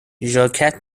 ژاکت